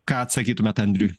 ką atsakytumėt andriui